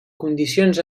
condicions